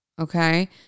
Okay